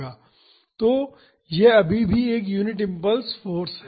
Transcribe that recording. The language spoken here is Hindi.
तो यह अभी भी एक यूनिट इम्पल्स फाॅर्स है